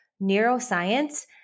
neuroscience